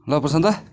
ल प्रशान्त दा